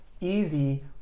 easy